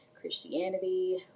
Christianity